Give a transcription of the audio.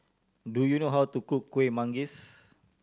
do you know how to cook Kuih Manggis